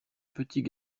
petits